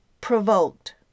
provoked